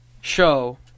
show